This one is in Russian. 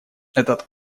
этот